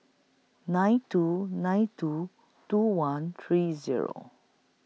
nine two nine two two one three Zero